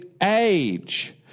age